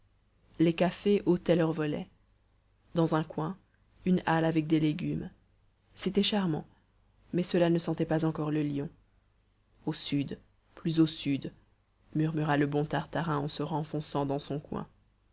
les cafés ôtaient leurs volets dans un coin une halle avec des légumes c'était charmant mais cela ne sentait pas encore le lion au sud plus au sud murmura le bon tartarin en se renfonçant dans son coin